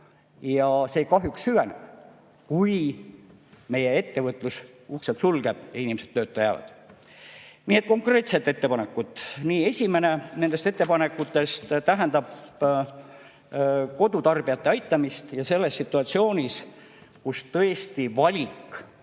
ja see kahjuks süveneb, kui meie ettevõtlus sulgeb uksed ja inimesed jäävad tööta. Nii et konkreetsed ettepanekud. Esimene nendest ettepanekutest tähendab kodutarbijate aitamist ja selles situatsioonis, kus tõesti valik